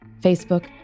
Facebook